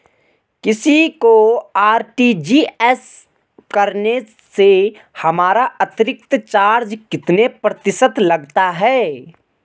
किसी को आर.टी.जी.एस करने से हमारा अतिरिक्त चार्ज कितने प्रतिशत लगता है?